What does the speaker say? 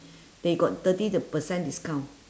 they got thirty the percent discount